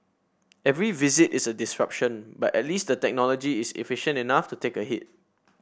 every visit is a disruption but at least the technology is efficient enough to take a hit